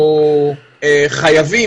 שיש.